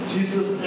Jesus